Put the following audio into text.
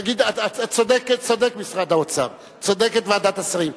צודק משרד האוצר, צודקת ועדת השרים.